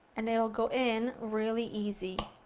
and it'll go in really easy.